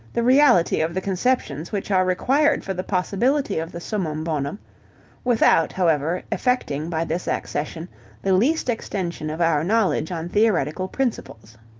the reality of the conceptions which are required for the possibility of the summum bonum without, however, effecting by this accession the least extension of our knowledge on theoretical principles.